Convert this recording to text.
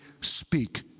speak